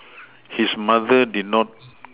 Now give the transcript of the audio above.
his mother did not